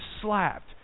slapped